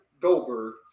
Goldberg